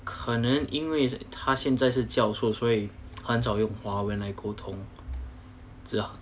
可能因为他现在是教授所以很少用华文来沟通